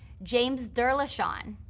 james derloshon,